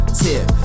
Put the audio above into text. tip